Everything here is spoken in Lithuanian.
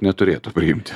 neturėtų priimti